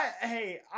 Hey